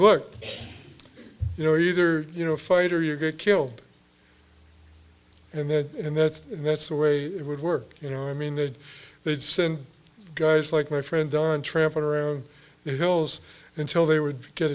look you know either you know fight or you get killed and that and that's that's the way it would work you know i mean that they'd send guys like my friend don traveled around the hills until they would get